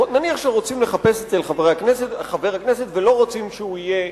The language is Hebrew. נניח שרוצים לחפש אצל חבר הכנסת ולא רוצים שהוא יהיה?